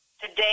Today